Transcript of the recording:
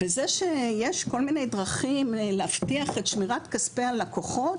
וזה שיש כל מיני דרכים להבטיח את שמירת כספי הלקוחות,